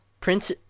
Prince